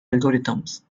algorithms